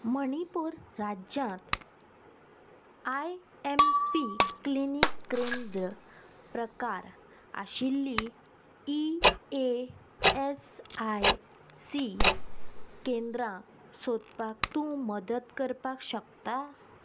मणिपूर राज्यांत I M P clinic केंद्र प्रकार आशिल्ली E A S I C केंद्रां सोदपाक तूं मदत करपाक शकता